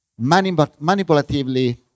manipulatively